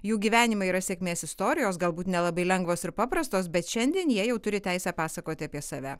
jų gyvenimai yra sėkmės istorijos galbūt nelabai lengvos ir paprastos bet šiandien jie jau turi teisę pasakoti apie save